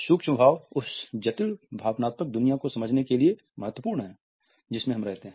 सूक्ष्म भाव उस जटिल भावनात्मक दुनिया को समझने के लिए महत्वपूर्ण हैं जिसमें हम रहते हैं